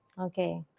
Okay